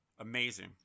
amazing